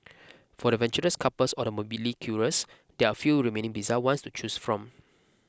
for the adventurous couples or the morbidly curious there are few remaining bizarre ones to choose from